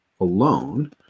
alone